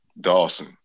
Dawson